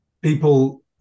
people